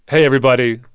hey, everybody.